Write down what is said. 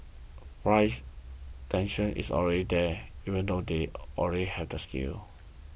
the price tension is already there even though they already have the scale